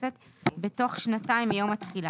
הכנסת בתוך שנתיים מיום התחילה,